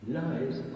lies